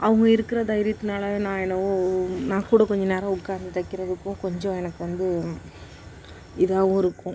அவங்க இருக்கிற தைரியத்துனால் தான் நான் என்ன நான் கூட கொஞ்சம் நேரம் உட்காந்து தைக்கிறதுக்கும் கொஞ்சம் எனக்கு வந்து இதாகவும் இருக்கும்